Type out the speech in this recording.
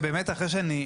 ובאמת אחרי שאני,